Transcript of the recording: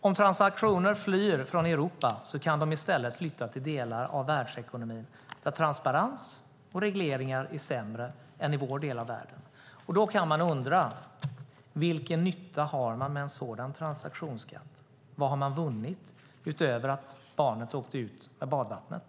Om transaktioner flyr från Europa kan de i stället flytta till delar av världsekonomin där transparens och regleringar är sämre än i vår del av världen. Då kan man undra: Vilken nytta har man av en sådan transaktionsskatt? Vad har man vunnit, utöver att barnet åkte ut med badvattnet?